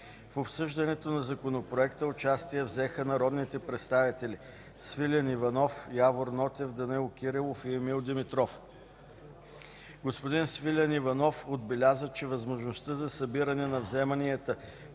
В обсъждането на Законопроекта участие взеха народните представители Свилен Иванов, Явор Нотев, Данаил Кирилов и Емил Димитров. Господин Свилен Иванов отбеляза, че възможността за събиране на вземанията